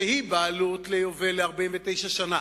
שהיא בעלות ליובל, ל-49 שנה,